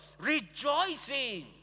rejoicing